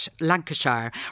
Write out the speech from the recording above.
Lancashire